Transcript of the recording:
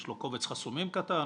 יש לו קובץ חסומים קטן,